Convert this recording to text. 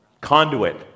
conduit